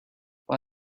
for